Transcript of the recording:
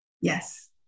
Yes